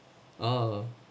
oh